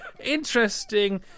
Interesting